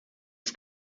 des